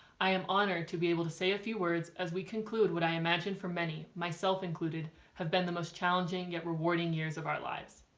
i am honored to be able to say a few words as we conclude what i imagine for many myself included have been the most challenging yet rewarding years of our lives.